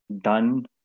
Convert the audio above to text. done